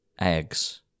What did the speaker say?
eggs